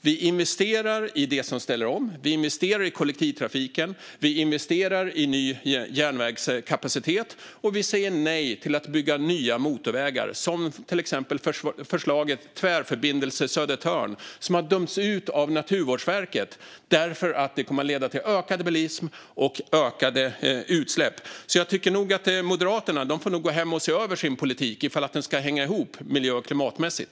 Vi investerar i dem som ställer om, vi investerar i kollektivtrafiken, vi investerar i ny järnvägskapacitet och vi säger nej till att bygga nya motorvägar, till exempel förslaget Tvärförbindelse Södertörn. Det har dömts ut av Naturvårdsverket därför att den kommer att leda till ökad bilism och ökade utsläpp. Moderaterna får gå hem och se över sin politik om den ska hänga ihop miljö och klimatmässigt.